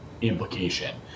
implication